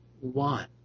one